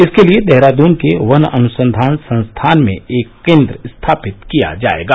इसके लिए देहरादन के वन अनुसंधान संस्थान में एक केन्द्र स्थापित किया जायेगा